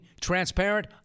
transparent